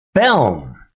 film